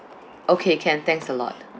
okay can thanks a lot